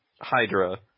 hydra